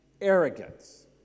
arrogance